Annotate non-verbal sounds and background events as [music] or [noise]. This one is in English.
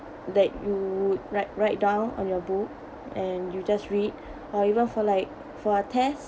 that you would write write down on your book and you just read [breath] or even for like for a test